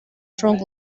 strong